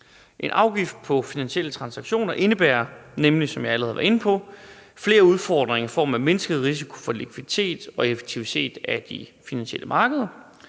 En afgift på finansielle transaktioner indebærer nemlig, som jeg allerede har været inde på, flere udfordringer i form af risiko for mindsket likviditet og effektivitet af de finansielle markeder,